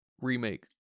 remake